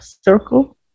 circle